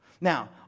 Now